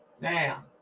Now